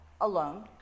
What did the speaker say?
alone